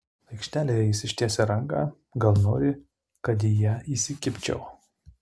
aikštelėje jis ištiesia ranką gal nori kad į ją įsikibčiau